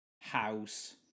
House